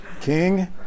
king